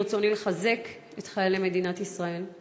ברצוני לחזק את חיילי מדינת ישראל,